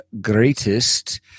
greatest